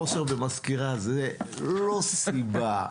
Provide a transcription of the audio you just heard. חוסר במזכירה זה לא סיבה.